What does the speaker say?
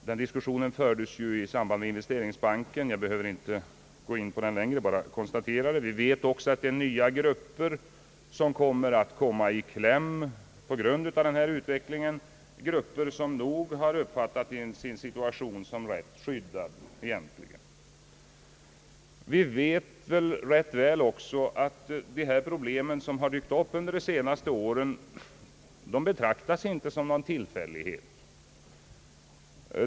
Den diskussionen fördes i samband med investeringsbanken. Jag skall därför inte gå in närmare på den nu utan vill bara konstatera att vi också vet att det är nya grupper som kommer i kläm på grund av denna utveckling. Det gäller grupper som nog har uppfattat sin situation som rätt skyddad. Vi vet väl också att de problem som dykt upp under de senaste åren inte betraktas som någon tillfällighet.